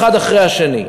אחת אחרי השנייה.